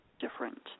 different